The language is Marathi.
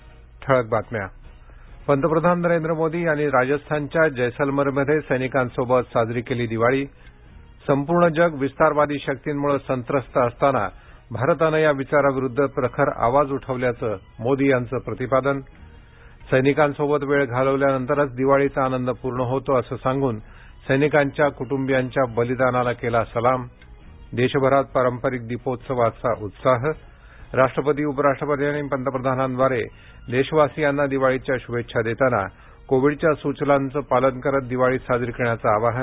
रळक बातम्या पंतप्रधान नरेन्द्र मोदी यांनी राजस्थानच्या जैसलमेरमध्ये सैनिकांसोबत साजरी केली दिवाळी संपूर्ण जग विस्तारवादी शर्किंमुळे संत्रस्त असताना भारतानं या विचाराविरुद्ध प्रखर आवाज उठवल्याचं मोदी यांचं प्रतिपादन सैनिकांसोबत वेळ घालवल्यानंतरच दिवाळीचा आनंद पूर्ण होतो असं सांगून सैनिकांच्या कुटुंबियांच्या बलिदानाला केला सलाम देशभरात पारंपरिक दीपोत्सवाचा उत्साह राष्ट्रपति उपराष्ट्रपति आणि पंतप्रधानांद्वारे देशवासियांना दिवाळीच्या शुभेच्छा देताना कोविडच्या सूचनांचं पालन करत दिवाळी साजरी करण्याचं आवाहन